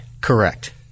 Correct